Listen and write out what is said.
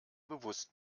bewusst